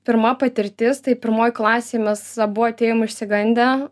pirma patirtis tai pirmoj klasėj mes abu atėjom išsigandę